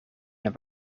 naar